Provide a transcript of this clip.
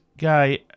guy